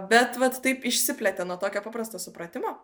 bet vat taip išsiplėtė nuo tokio paprasto supratimo